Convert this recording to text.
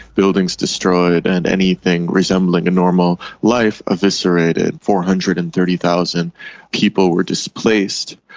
buildings destroyed and anything resembling a normal life eviscerated. four hundred and thirty thousand people were displaced,